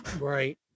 right